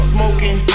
Smoking